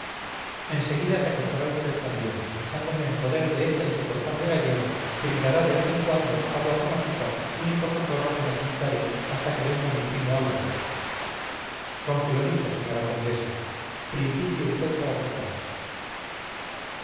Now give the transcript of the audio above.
seguida se acostará usted también dejándome en poder de esta insoportable gallega que me dará de vez en cuando agua con azúcar único socorro que necesitaré hasta que venga mi primo álvaro conque lo dicho señora condesa principie usted por acostarse